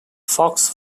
fox